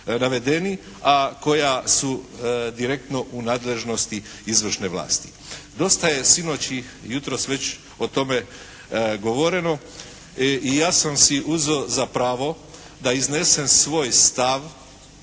a koja su direktno u nadležnosti izvršne vlasti. Dosta je sinoć i jutros već o tome govoreno i ja sam si uzeo za pravo da iznesem svoj stav